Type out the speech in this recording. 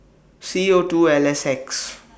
C O two L S X